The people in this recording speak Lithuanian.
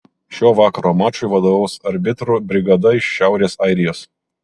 šio vakaro mačui vadovaus arbitrų brigada iš šiaurės airijos